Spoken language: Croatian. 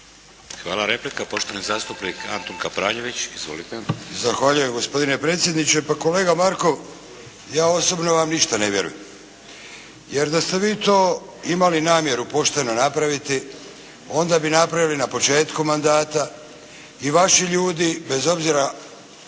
Hvala. Replika, poštovani zastupnik Antun Kapraljević. Izvolite. **Kapraljević, Antun (HNS)** Zahvaljujem gospodine predsjedniče. Pa kolega Markov, ja osobno vam ništa ne vjerujem, jer da ste vi to imali namjeru pošteno napraviti, onda bi napravili na početku mandata i vaši ljudi bez obzira